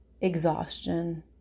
Exhaustion